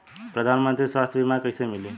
प्रधानमंत्री स्वास्थ्य बीमा कइसे मिली?